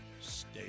Stay